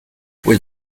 with